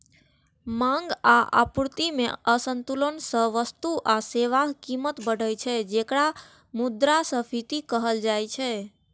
मांग आ आपूर्ति मे असंतुलन सं वस्तु आ सेवाक कीमत बढ़ै छै, जेकरा मुद्रास्फीति कहल जाइ छै